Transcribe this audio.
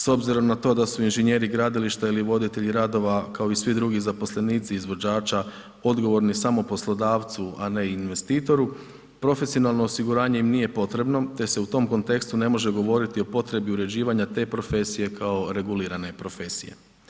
S obzirom na to da su inženjeri gradilišta ili voditelji radova kao i svi drugi zaposlenici izvođača odgovorni samo poslodavcu ali ne i investitoru, profesionalno osiguranje im nije potrebno te se u tom kontekstu ne može govoriti o potrebi uređivanja te profesije kao regulirane profesije.